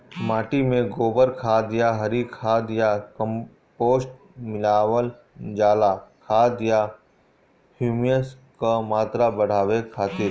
माटी में गोबर खाद या हरी खाद या कम्पोस्ट मिलावल जाला खाद या ह्यूमस क मात्रा बढ़ावे खातिर?